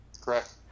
Correct